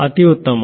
ಅತಿ ಉತ್ತಮ